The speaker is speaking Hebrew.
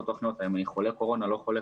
האם אני חולה קורונה או לא.